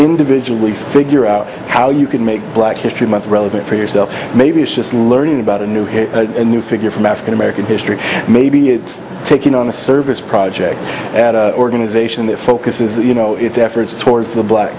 individually figure out how you can make black history month relevant for yourself maybe it's just learning about a new hit a new figure from african american history maybe it's taking on the service project at a organization that focuses that you know its efforts towards the black